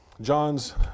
John's